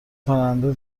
پرنده